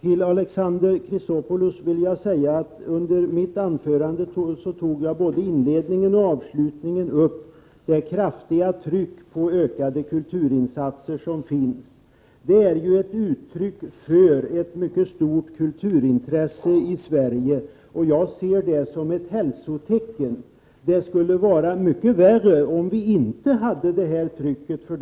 I mitt anförande, Alexander Chrisopoulos, tog jag både i inledningen och i avslutningen upp det kraftiga tryck på ökade kulturinsatser som finns. Det är ett uttryck för ett mycket stort kulturintresse i Sverige. Det ser jag som ett hälsotecken. Det vore mycket värre om inte detta tryck fanns.